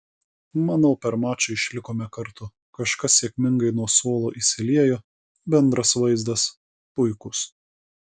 manau per mačą išlikome kartu kažkas sėkmingai nuo suolo įsiliejo bendras vaizdas puikus